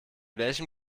welchem